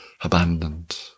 abandoned